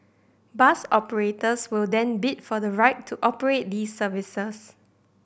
bus operators will then bid for the right to operate these services